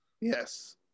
Yes